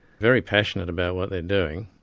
very passionate about what they're doing,